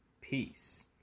Peace